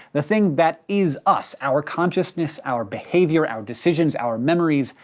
the thing that is us, our consciousness, our behavior, our decisions, our memories,